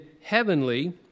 heavenly